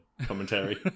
commentary